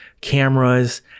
cameras